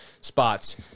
spots